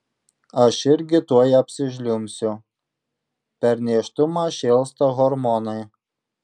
aš irgi tuoj apsižliumbsiu per nėštumą šėlsta hormonai